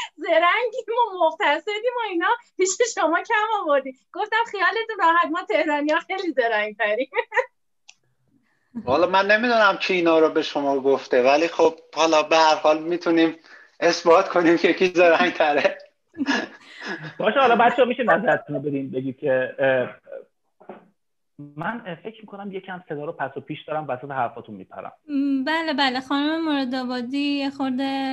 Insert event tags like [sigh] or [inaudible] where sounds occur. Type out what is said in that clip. [laughs] زرنگیم و مقتصدیم و اینا پیش شما کم آوردیم. گفتم خیالتون راحت، ما تهرانی‌ها خیلی زرنگ‌تریم. والا من نمی‌دونم کی اینا رو به شما گفته، ولی خب حالا به هر حال می‌تونیم اثبات کنیم که کی زرنگ‌تره. باشه، حالا بچه‌ها می‌شه نظرتونو بدین، بگید که، اه، اه، من فکر می‌کنم یکم صدا رو پس و پیش دارم، وسط حرفاتون می‌پرم. م، بله، بله، خانم مرادآبادی یه خورده